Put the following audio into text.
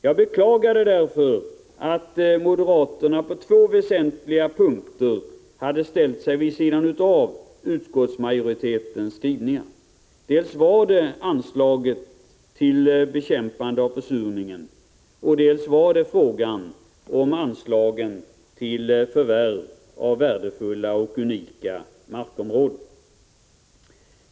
Jag beklagade därför att moderaterna på två väsentliga punkter hade ställt sig vid sidan av utskottsmajoritetens skrivningar, dels beträffande anslaget till bekämpande av försurningen, dels beträffande förvärv av värdefulla och unika markområden.